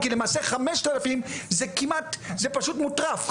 כי למעשה 5,000 זה פשוט מוטרף.